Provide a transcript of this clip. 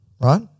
right